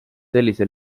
sellise